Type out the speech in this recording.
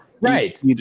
right